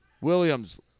Williams